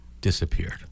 disappeared